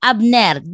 Abner